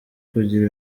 kugira